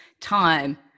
time